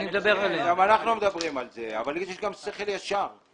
אני מדבר על הסיפור של התחבורה,